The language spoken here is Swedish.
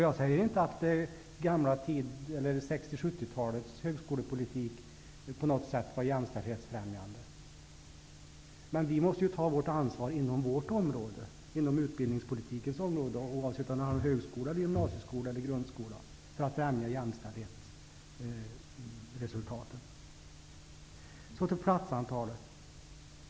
Jag säger inte att 60 och 70-talens högskolepolitik på något sätt var jämställdhetsfrämjande. Men vi måste ta vårt ansvar inom vårt område, inom utbildningspolitikens område, oavsett om det handlar om högskola, gymnasieskola eller grundskola, för att främja jämställdhetsresultaten. Till platsantalet.